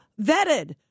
vetted